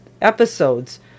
episodes